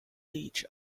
each